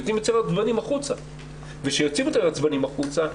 יוצאים יותר עצבניים החוצה וכשהם יוצאים יותר עצבניים החוצה,